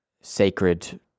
sacred